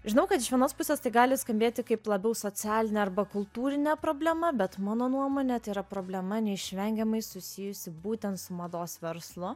žinau kad iš vienos pusės tai gali skambėti kaip labiau socialinė arba kultūrinė problema bet mano nuomone tai yra problema neišvengiamai susijusi būtent su mados verslu